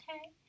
Okay